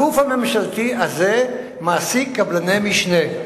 הגוף הממשלתי הזה מעסיק קבלני משנה.